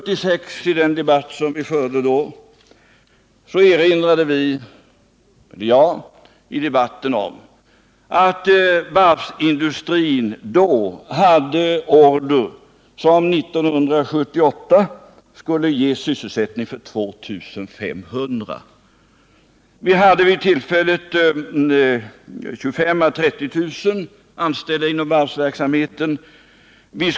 I den debatt som vi förde 1976 erinrade jag om att varvsindustrin då hade order som 1978 skulle ge sysselsättning för 2 500 man. Vid det tillfället var 25 000 äå 30 000 personer anställda inom varvsverksamheten.